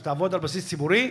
שתעבוד על בסיס ציבורי.